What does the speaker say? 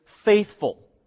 Faithful